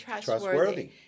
Trustworthy